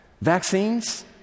Vaccines